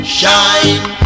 shine